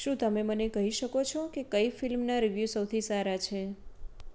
શું તમે મને કહી શકો છો કે કઈ ફિલ્મના રિવ્યૂ સૌથી સારા છે